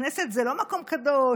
הכנסת זה לא מקום קדוש,